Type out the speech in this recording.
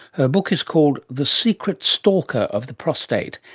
her book is called the secret stalker of the prostate,